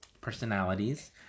personalities